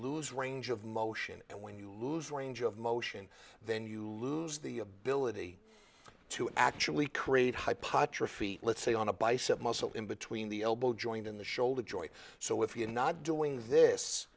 lose range of motion and when you lose range of motion then you lose the ability to actually create hypot your feet let's say on a bicep muscle in between the elbow joint in the shoulder joint so if you're not doing this